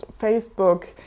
Facebook